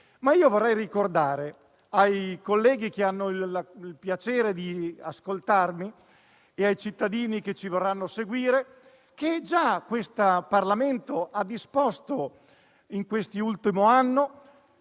Vorrei ricordare però ai colleghi che hanno il piacere di ascoltarmi e ai cittadini che ci vorranno seguire che questo Parlamento ha già disposti in quest'ultimo anno